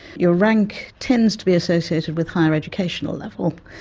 your rank tends to be associated with higher educational level,